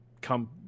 come